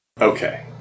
Okay